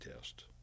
test